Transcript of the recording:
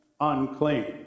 unclean